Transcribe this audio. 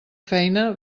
feina